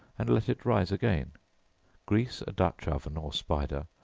and let it rise again grease a dutch-oven or spider,